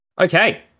okay